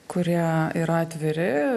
kurie yra atviri